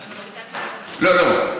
לא.